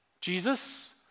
Jesus